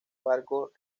barcos